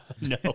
No